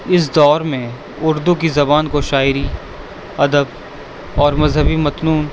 اس دور میں اردو کی زبان کو شاعری ادب اور مذہبی متنوں